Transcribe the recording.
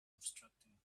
obstructing